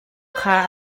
kha